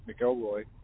McElroy